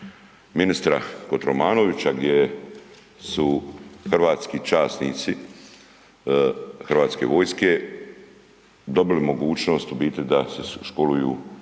ministra Kotromanovića gdje su hrvatski časnici Hrvatske vojske dobili mogućnost u biti da se školuju